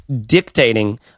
dictating